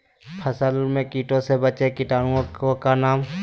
फसल में कीटों से बचे के कीटाणु नाशक ओं का नाम?